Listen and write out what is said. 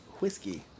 whiskey